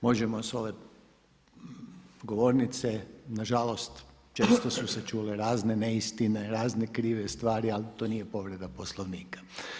Možemo s ove govornice, nažalost često su se čule razne neistine, razne krive stvari ali to nije povreda Poslovnika.